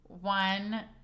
one